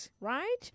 Right